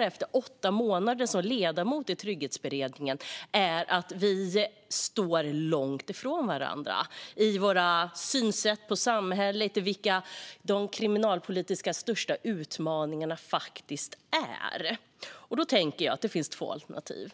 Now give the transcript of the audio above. efter åtta månader som ledamot i Trygghetsberedningen konstatera att vi står långt från varandra när det gäller vårt sätt att se på samhället och vilka de största kriminalpolitiska utmaningarna är. Då tänker jag att det finns två alternativ.